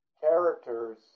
Characters